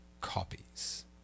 copies